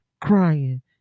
crying